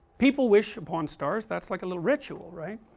people wish upon stars, that's like a little ritual, right